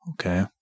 Okay